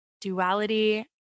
duality